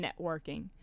networking